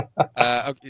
Okay